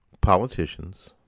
politicians